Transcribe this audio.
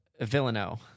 Villano